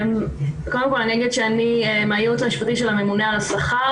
קודם כל אני אגיד שאני מהייעוץ המשפטי של הממונה על השכר